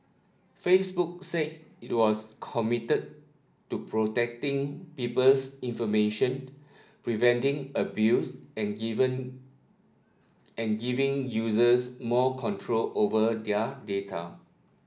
Facebook said it was committed to protecting people's information preventing abuse and even and giving users more control over their data